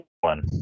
one